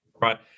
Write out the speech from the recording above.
right